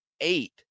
eight